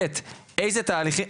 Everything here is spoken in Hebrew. ו-ב' איזה תהליכים אתם עושים,